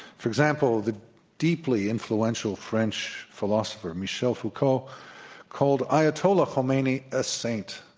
for example, the deeply influential french philosopher michel foucault called ayatollah khomeini a saint.